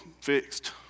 fixed